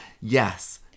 yes